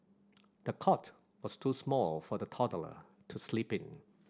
the cot was too small for the toddler to sleep in